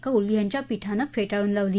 कौल यांच्या पीठानं फेटाळून लावली